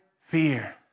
fear